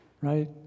right